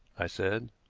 i said.